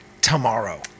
tomorrow